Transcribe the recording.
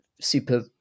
super